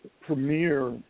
premier